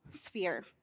sphere